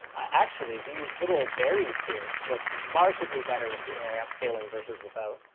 actually these little berries here, look markedly better with the ai upscaling versus without.